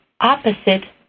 opposite